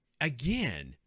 again